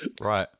Right